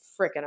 freaking